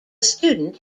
student